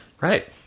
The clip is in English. right